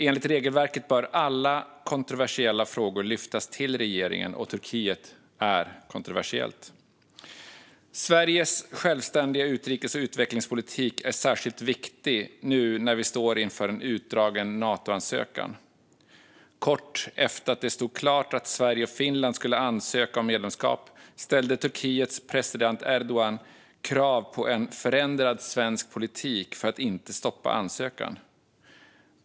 Enligt regelverket bör alla kontroversiella frågor lyftas till regeringen, och Turkiet är kontroversiellt. Sveriges självständiga utrikes och utvecklingspolitik är särskilt viktig nu när vi befinner oss i en utdragen Natoansökan. Kort efter att det stod klart att Sverige och Finland skulle ansöka om medlemskap ställde Turkiets president Erdogan krav på en förändrad svensk politik för att inte stoppa ansökan.